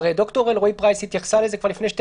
ד"ר אלרעי פרייס התייחסה לזה כבר לפני שתי